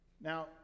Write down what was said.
Now